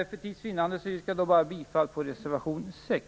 För tids vinnande yrkar jag dock bara bifall till reservation 6.